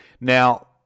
Now